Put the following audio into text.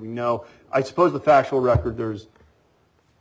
we know i suppose the factual record there's